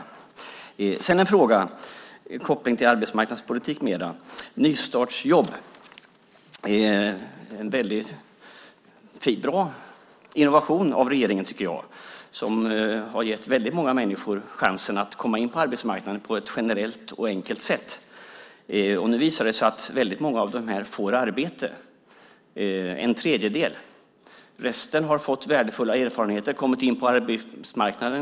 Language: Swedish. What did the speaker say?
Sedan vill jag ställa en fråga till arbetsmarknadsministern med koppling till arbetsmarknadspolitik. Nystartsjobben är en väldigt bra innovation från regeringen, tycker jag, som har gett väldigt många människor en chans att komma in på arbetsmarknaden på ett generellt och enkelt sätt. Nu visar det sig att väldigt många av dessa människor får arbete - en tredjedel. Resten har fått värdefulla erfarenheter och kommit in på arbetsmarknaden.